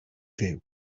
fyw